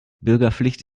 bürgerpflicht